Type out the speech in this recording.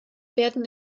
werden